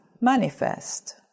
manifest